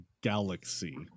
galaxy